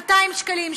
200 שקלים,